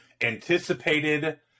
anticipated